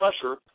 pressure